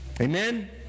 Amen